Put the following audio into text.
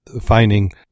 finding